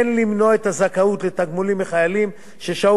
אין למנוע את הזכאות לתגמולים מחיילים ששהו